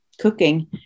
cooking